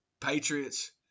Patriots